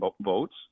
votes